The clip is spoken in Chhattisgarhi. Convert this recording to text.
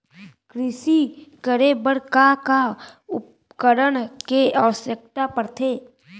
कृषि करे बर का का उपकरण के आवश्यकता परथे?